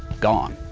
gone.